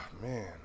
Man